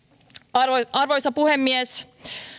arvoisa arvoisa puhemies